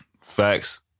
facts